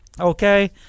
okay